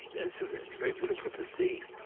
is very beautiful to see.